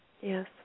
Yes